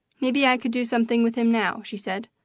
maybe i could do something with him now, she said.